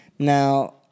Now